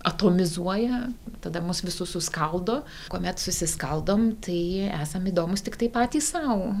atomizuoja tada mus visus suskaldo kuomet susiskaldom tai esam įdomūs tiktai patys sau